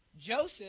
Joseph